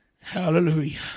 Hallelujah